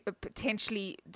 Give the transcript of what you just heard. potentially –